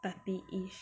thirty-ish